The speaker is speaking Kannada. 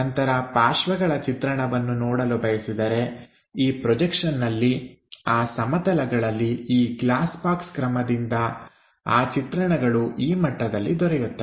ನಂತರ ಪಾರ್ಶ್ವಗಳ ಚಿತ್ರಣವನ್ನು ನೋಡಲು ಬಯಸಿದರೆ ಈ ಪ್ರೊಜೆಕ್ಷನ್ನಲ್ಲಿ ಆ ಸಮತಲಗಳಲ್ಲಿ ಈ ಗ್ಲಾಸ್ ಬಾಕ್ಸ್ ಕ್ರಮದಿಂದ ಆ ಚಿತ್ರಣಗಳು ಈ ಮಟ್ಟದಲ್ಲಿ ದೊರೆಯುತ್ತವೆ